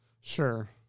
Sure